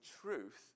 truth